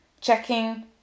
checking